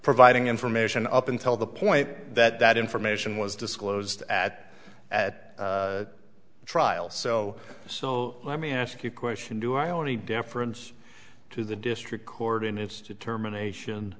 providing information up until the point that that information was disclosed at at trial so so let me ask you question do i only deference to the district court in its determination